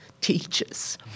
teachers